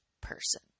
person